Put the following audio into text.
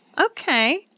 Okay